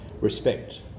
respect